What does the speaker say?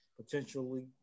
potentially